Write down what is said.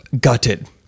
gutted